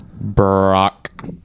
Brock